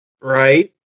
Right